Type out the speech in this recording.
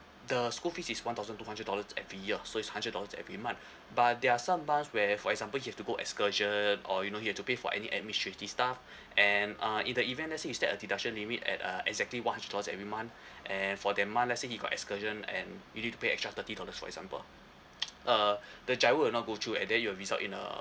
the school fees is one thousand two hundred dollars every year so it's hundred dollars every month but there are some months where for example you have to go excursion or you know he have to pay for any administrative stuff and uh in the event let's say you set a deduction limit at uh exactly one hundred dollars every month and for that month let's say he got excursion and you need to pay extra thirty dollars for example uh the GIRO will not go through and then it will result in uh